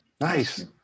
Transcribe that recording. Nice